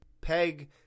Peg